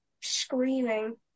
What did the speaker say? screaming